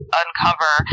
uncover